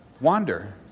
wander